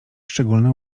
szczególny